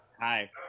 hi